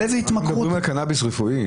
אנחנו מדברים על קנאביס רפואי.